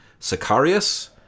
Sicarius